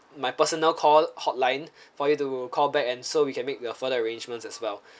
my personal call hotline for you to call back and so we can make your further arrangements as well